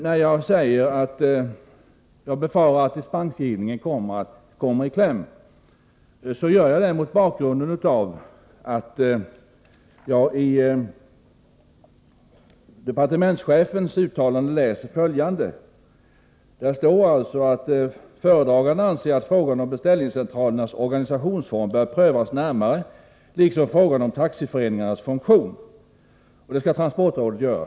När jag säger att jag befarar att dispensgivningen kan komma i kläm, gör jag denna kommentar mot bakgrund av att jag i departementschefens uttalande läser att han anser att frågan om beställningscentralernas organisationsform bör prövas närmare liksom frågan om taxiföreningarnas funktion. Detta skall transportrådet göra.